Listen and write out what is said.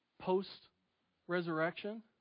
Post-resurrection